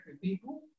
People